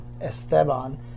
Esteban